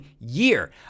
year